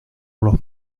los